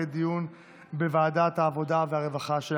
דיון בוועדת העבודה והרווחה.